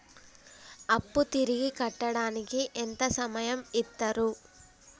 అప్పు తిరిగి కట్టడానికి ఎంత సమయం ఇత్తరు?